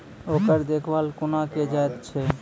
ओकर देखभाल कुना केल जायत अछि?